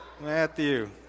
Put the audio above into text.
Matthew